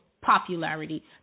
popularity